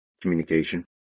Communication